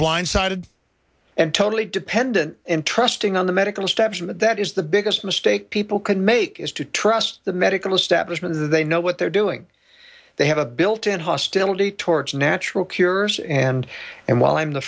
blindsided and totally dependent and trusting on the medical establishment that is the biggest mistake people can make is to trust the medical establishment that they know what they're doing they have a built in hostility towards natural cures and and while i'm the